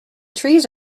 trees